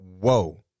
whoa